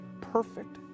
perfect